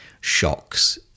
shocks